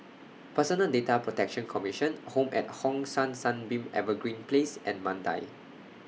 Personal Data Protection Commission Home At Hong San Sunbeam Evergreen Place and Mandai